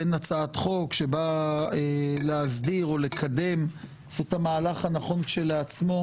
בין הצעת חוק שבאה להסדיר או לקדם את המהלך הנכון כשלעצמו,